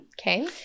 Okay